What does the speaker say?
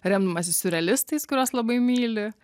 remdamasis siurrealistais kuriuos labai myli